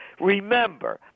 Remember